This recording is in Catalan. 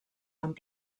amb